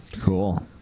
Cool